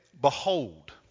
Behold